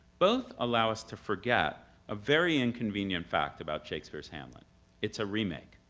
both allow us to forget a very inconvenient fact about shakespeare's hamlet it's a remake.